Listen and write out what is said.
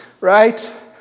right